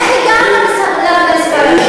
איך הגעת למספר הזה?